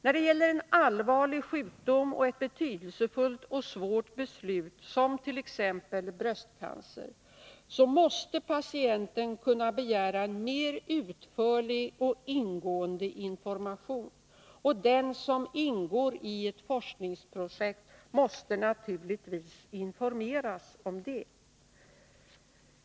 Då det är fråga om en allvarlig sjukdom och ett betydelsefullt och svårt beslut, t.ex. när det gäller bröstcancer, måste patienten kunna begära mer utförlig och ingående information. Den som ingår i ett forskningsprojekt måste naturligtvis informeras om det.